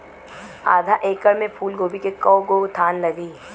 आधा एकड़ में फूलगोभी के कव गो थान लागी?